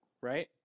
right